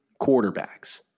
quarterbacks